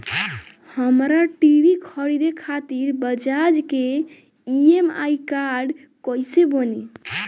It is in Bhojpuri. हमरा टी.वी खरीदे खातिर बज़ाज़ के ई.एम.आई कार्ड कईसे बनी?